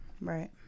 right